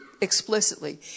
explicitly